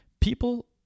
People